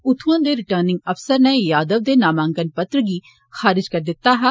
उत्थुआं दे रिटर्निंग अफसर नै यादव दे नामांकन पत्र गी खारिजकरी दित्ता हा